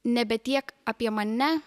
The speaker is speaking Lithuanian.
nebe tiek apie mane